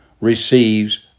receives